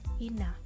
enough